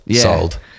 Sold